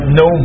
no